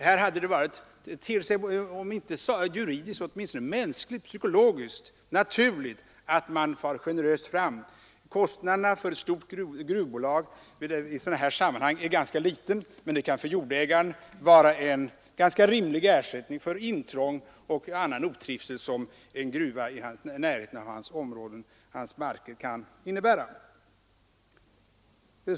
Här hade det varit om inte juridiskt följdriktigt så åtminstone mänskligt och psykologiskt naturligt att man gått generöst fram. Kostnaderna för ett stort gruvbolag i sådana här sammanhang är ganska små, men det kan för jordägaren vara en ganska rimlig ersättning för det intrång och annan otrivsel som en gruva i närheten av hans mark kan innebära.